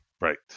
Right